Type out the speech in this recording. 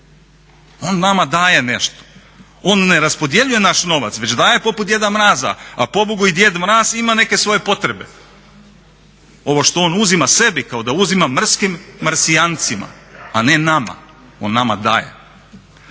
on vama daje nešto. On ne raspodjeljuje naš novac već daje poput Djeda Mraza, a pobogu i Djed Mraz ima neke svoje potrebe. Ovo što on uzima sebi kao da uzima mrskim Marsijancima, a ne nama, on nama daje.